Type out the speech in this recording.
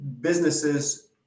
businesses